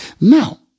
Now